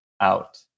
out